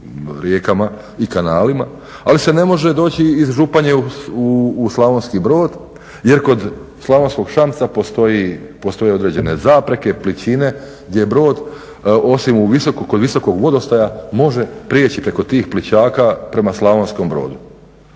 rijekama i kanalima, ali se može doći iz Županje u Slavonski Brod jer kod slavonskog … postoje određene zapreke, pličine gdje brod, osim kod visokog vodostaja može prijeći preko tih plićaka prema Slavonskom Brodu.